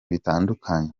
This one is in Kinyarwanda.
bitandukanye